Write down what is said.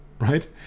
right